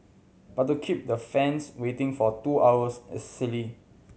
but to keep the fans waiting for two hours is silly